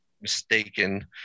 mistaken